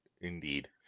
Indeed